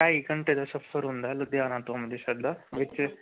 ਢਾਈ ਘੰਟੇ ਦਾ ਸਫ਼ਰ ਹੁੰਦਾ ਲੁਧਿਆਣਾ ਤੋਂ ਅੰਮ੍ਰਿਤਸਰ ਦਾ ਵਿੱਚ